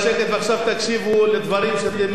ועכשיו תקשיבו לדברים שאתם מכירים.